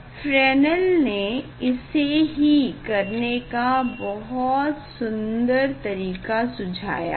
Fresnel ने इसे ही करने का बहुत सुंदर तरीका सुझाया है